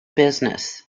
business